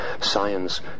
science